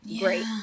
great